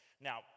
Now